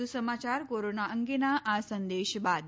વધુ સમાચાર કોરોના અંગેના આ સંદેશ બાદ